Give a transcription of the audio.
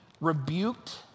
rebuked